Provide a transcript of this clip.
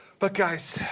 but guys,